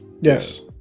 Yes